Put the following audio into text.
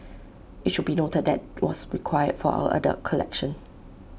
IT should be noted that was acquired for our adult collection